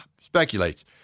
speculates